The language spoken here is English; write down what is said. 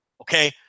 Okay